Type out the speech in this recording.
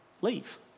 leave